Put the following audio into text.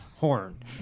horn